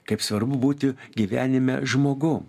kaip svarbu būti gyvenime žmogum